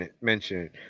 mentioned